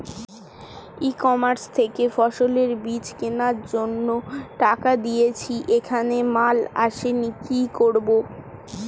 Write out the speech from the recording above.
ই commerce থেকে ফসলের বীজ কেনার জন্য টাকা দিয়ে দিয়েছি এখনো মাল আসেনি কি করব?